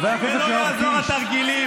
חבר הכנסת קיש, די.